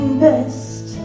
best